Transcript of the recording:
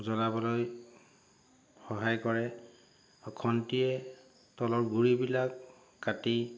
জ্বলাবলৈ সহায় কৰে খন্তিয়ে তলৰ গুৰিবিলাক কাটি